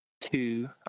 Two